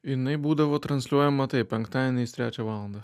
jinai būdavo transliuojama penktadieniais trečią valandą